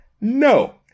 No